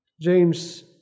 James